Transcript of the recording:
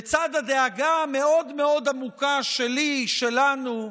בצד הדאגה המאוד-מאוד עמוקה שלי, שלנו,